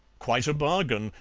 quite a bargain,